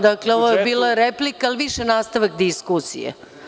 Dakle, ovo je bila replika, ali više nastavak diskusije.